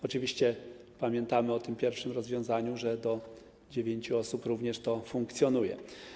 Oczywiście pamiętamy o tym pierwszym rozwiązaniu, że do dziewięciu osób również to funkcjonuje.